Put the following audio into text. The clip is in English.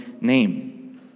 name